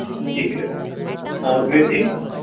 ठीक है और मेथी